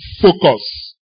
focus